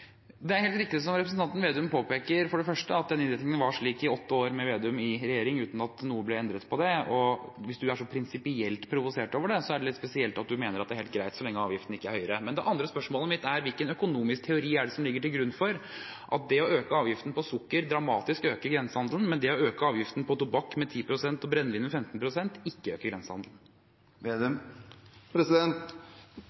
Det er helt riktig som representanten Slagsvold Vedum påpeker, at den innretningen var slik i åtte år, med Slagsvold Vedum i regjering, uten at noe ble endret. Hvis han er så prinsipielt provosert over det, er det litt spesielt at han mener det er helt greit så lenge avgiften ikke er høyere. Men det andre spørsmålet mitt er: Hvilken økonomisk teori ligger til grunn for at det å øke avgiften på sukker dramatisk øker grensehandelen, mens det å øke avgiften på tobakk med 10 pst. og på brennevin med 15 pst. ikke øker grensehandelen?